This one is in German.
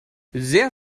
sehr